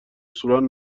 سورون